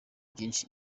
byinshi